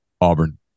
Auburn